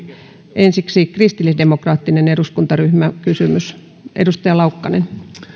ensiksi kristillisdemokraattisen eduskuntaryhmän kysymys edustaja laukkanen